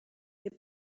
est